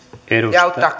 ja auttaa